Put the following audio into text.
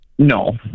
No